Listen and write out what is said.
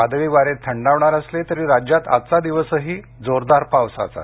वादळी वारे थंडावणार असले तरी राज्यात आजचा दिवसही जोरदार पावसाचाच